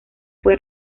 fue